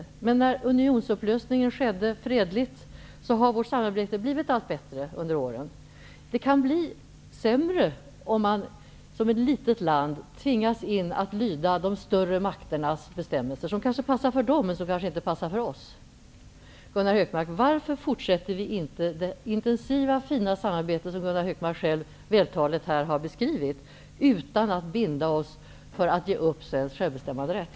Men efter den fredliga unionsupplösningen har vårt samarbete under åren blivit allt bättre. Det kan bli sämre om man som ett litet land tvingas lyda de större makternas bestämmelser, som kanske passar för dem men som kanske inte passar för oss. Gunnar Hökmark, varför fortsätter vi inte det intensiva och fina samarbete som Gunnar Hökmark här själv vältaligt har beskrivit, utan att binda oss för att ge upp svensk självbestämmanderätt?